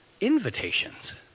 invitations